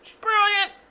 Brilliant